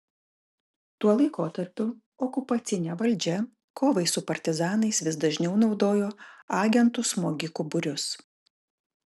tuo laikotarpiu okupacinė valdžia kovai su partizanais vis dažniau naudojo agentų smogikų būrius